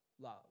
love